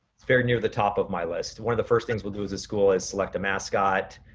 very near the top of my list. one of the first things we'll do as ah school is select a mascot,